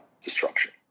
destruction